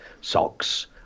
socks